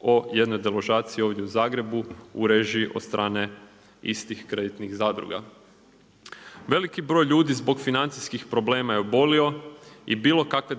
o jednoj deložaciji ovdje u Zagrebu u režiji od strane istih kreditnih zadruga. Veliki broj ljudi zbog financijskih problema je obolio i bilo kakve